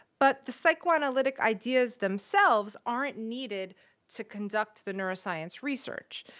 but the psychoanalytic ideas themselves aren't needed to conduct the neuroscience research,